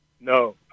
No